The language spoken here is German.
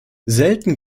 selten